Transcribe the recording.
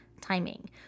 timing